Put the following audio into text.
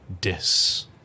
dis-